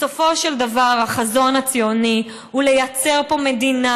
בסופו של דבר החזון הציוני הוא לייצר פה מדינה